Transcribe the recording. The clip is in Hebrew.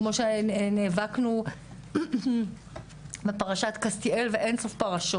כמו שנאבקנו בפרשת קסטיאל ואין סוף פרשות.